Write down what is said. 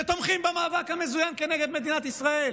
שתומכים במאבק המזוין נגד מדינת ישראל.